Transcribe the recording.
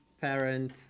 parent